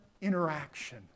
interaction